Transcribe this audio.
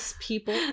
people